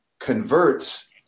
converts